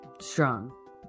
Strong